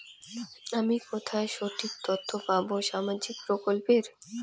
আমি কোথায় সঠিক তথ্য পাবো সামাজিক প্রকল্পের?